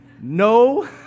No